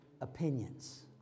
opinions